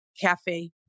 Cafe